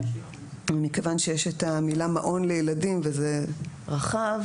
מכיוון שיש את המילה מעון לילדים וזה רחב,